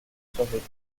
survécu